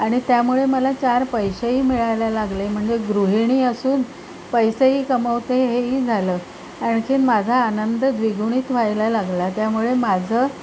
आणि त्यामुळे मला चार पैसेही मिळायला लागले म्हणजे गृहिणी असून पैसेही कमवते हेई झालं आणखीन माझा आनंद द्विगुणित व्हायला लागला त्यामुळे माझं